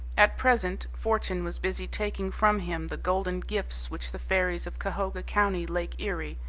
at present fortune was busy taking from him the golden gifts which the fairies of cahoga county, lake erie,